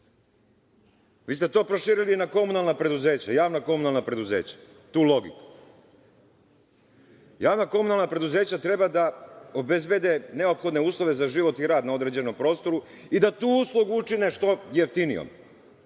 Vi ste proširili na komunalna preduzeća, javna komunalna preduzeća, tu logiku. Javna komunalna preduzeća treba da obezbede neophodne uslove za život i rad na određenom prostoru i da tu usluge učine što jeftinijom